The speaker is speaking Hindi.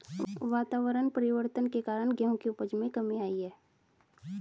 वातावरण परिवर्तन के कारण गेहूं की उपज में कमी आई है